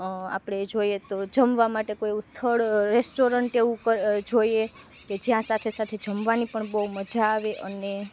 આપણે જોઈએ તો જમવા માટે કોઈ એવું સ્થળ રેસ્ટોરન્ટ એવું જોઇએ કે જ્યાં સાથે સાથે જમવાની પણ બહું મજા આવે અને